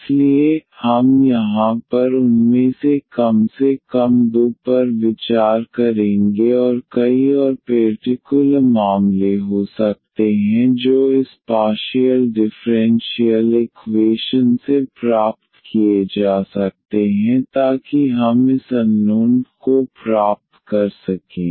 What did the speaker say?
इसलिए हम यहां पर उनमें से कम से कम दो पर विचार करेंगे और कई और पेर्टिकुलर मामले हो सकते हैं जो इस पार्शियल डिफ़्रेंशियल इक्वेशन से प्राप्त किए जा सकते हैं ताकि हम इस अननोन I को प्राप्त कर सकें